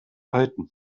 python